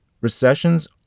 Recessions